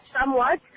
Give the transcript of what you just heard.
somewhat